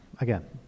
again